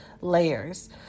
layers